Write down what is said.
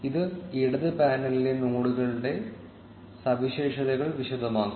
ഇത് ഇടത് പാനലിലെ നോഡുകളുടെ സവിശേഷതകൾ വിശദമാക്കും